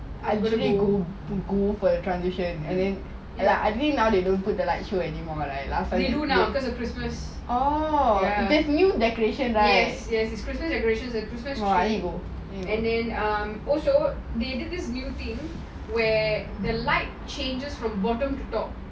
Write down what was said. I don't think they do do the transition like I don't think now they do the like show anymore oh and then new decorations right I need go